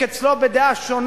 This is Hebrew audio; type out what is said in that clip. אצלו מי שמחזיק בדעה שונה,